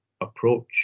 approach